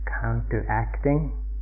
counteracting